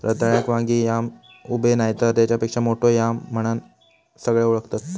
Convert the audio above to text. रताळ्याक वांगी याम, उबे नायतर तेच्यापेक्षा मोठो याम म्हणान सगळे ओळखतत